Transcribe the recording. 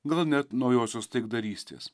gal net naujosios taikdarystės